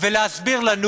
ולהסביר לנו